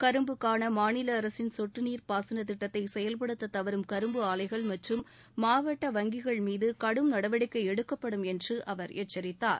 கரும்புக்கான மாநில அரசின் சொட்டு நீர் பாசன திட்டத்தை செயல்படுத்த தவறும் கரும்பு ஆலைகள் மற்றும் மாவட்ட வங்கிகள் மீது கடும் நடவடிக்கை எடுக்கப்படும் என்று அவர் எச்சித்தார்